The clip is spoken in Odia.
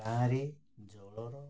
ଗାଁରେ ଜଳର